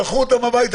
שלחו אותם הביתה.